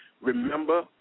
remember